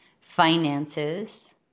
finances